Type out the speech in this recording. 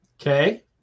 Okay